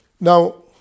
Now